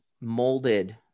molded